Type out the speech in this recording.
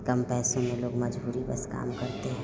कम पैसे में लोग मजबूरी बस काम करते हैं